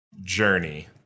journey